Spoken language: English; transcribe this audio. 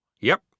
Yep